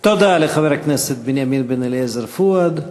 תודה לחבר הכנסת בנימין בן-אליעזר, פואד.